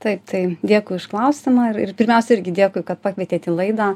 taip tai dėkui už klausimą ir ir pirmiausia irgi dėkui kad pakvietėt į laidą